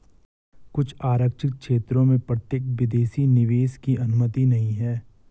कुछ आरक्षित क्षेत्रों में प्रत्यक्ष विदेशी निवेश की अनुमति नहीं है